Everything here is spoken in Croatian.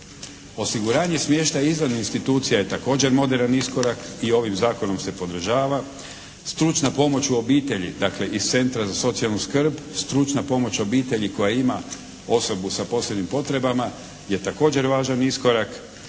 Osiguranja smještaja izvan institucija je također moderan iskorak i ovim zakonom se podržava. Stručna pomoć u obitelji, dakle iz centra za socijalnu skrb stručna pomoć obitelji koja ima osobu sa posebnim potrebama je također važan iskorak